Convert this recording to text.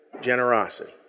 generosity